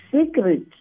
secret